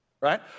right